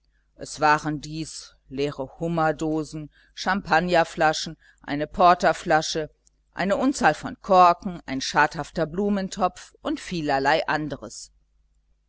es waren dies leere hummerdosen champagnerflaschen eine porterflasche eine unzahl von korken ein schadhafter blumentopf und vielerlei